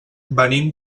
venim